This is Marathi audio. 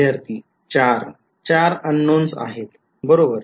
विध्यार्थी ४ ४ unknowns आहेत बरोबर